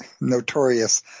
notorious